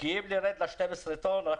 כמה עוסקים בפועל בהובלת מטענים מעל 12 טון.